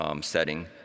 setting